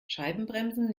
scheibenbremsen